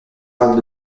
parlent